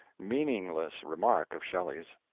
meaningless remark of shelley's.